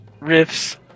riffs